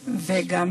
ושלום,